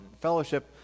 fellowship